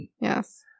Yes